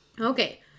Okay